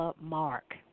mark